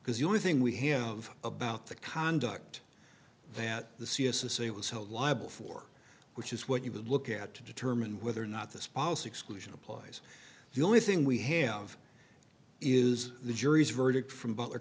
because you only thing we have about the conduct that the c s a say was held liable for which is what you would look at to determine whether or not this policy exclusion applies the only thing we have is the jury's verdict from butler